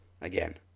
again